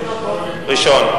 ראשון.